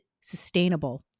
sustainable